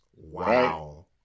Wow